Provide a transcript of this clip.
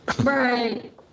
Right